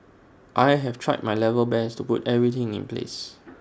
I have tried my level best to put everything in place